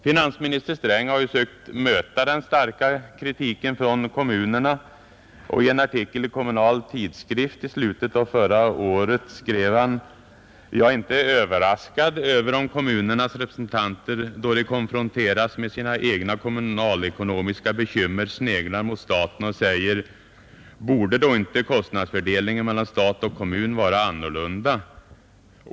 Finansminister Sträng har sökt möta den starka kritiken från kommunerna, I en artikel i Kommunal tidskrift i slutet av förra året anförde han: ”Jag är inte överraskad över om kommunernas representanter då de konfronteras med sina egna kommunalekonomiska bekymmer sneglar mot staten och säger: Borde då inte kostnadsfördelningen mellan stat och kommun vara annorlunda.